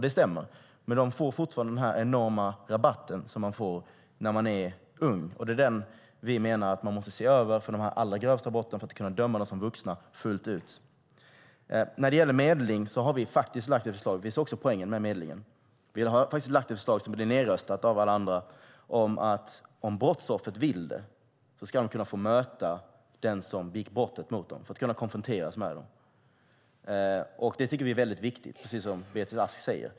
Det stämmer, men de får fortfarande den enorma rabatten för att de är unga. Det är den vi menar måste ses över för de allra grövsta brotten för att fullt ut kunna döma förövarna som vuxna. När det gäller medling har vi lagt fram ett förslag. Även vi ser poängen med medling. Vi lade fram ett förslag, som dock blev nedröstat av alla andra, att ifall brottsoffret vill ska han eller hon få möta den som begick brottet, få konfronteras med dem. Det tycker vi är mycket viktigt, precis som Beatrice Ask säger.